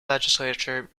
legislature